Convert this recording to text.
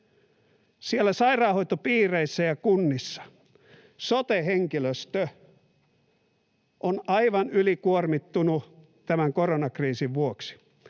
sairaanhoitopiireissä ja kunnissa sote-henkilöstö on aivan ylikuormittunut tämän koronakriisin vuoksi.